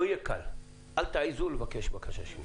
לא יהיה קל, אל תעזו לבקש בקשה שנייה.